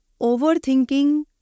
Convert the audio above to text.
overthinking